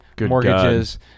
mortgages